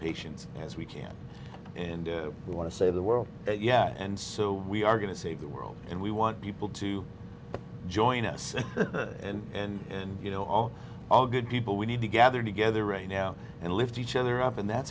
patients as we can and we want to save the world yet and so we are going to save the world and we want people to join us and you know all all good people we need to gather together right now and lift each other up and that's